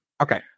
Okay